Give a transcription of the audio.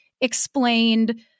explained